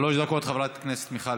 שלוש דקות, חברת הכנסת מיכל